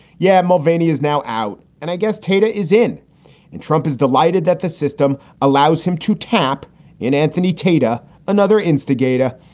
yeah. mulvaney is now out and i guess today is in and trump is delighted that the system allows him to tap in. anthony tata, another instigator,